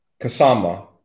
Kasama